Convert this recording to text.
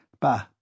Bah